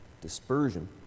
dispersion